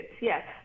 Yes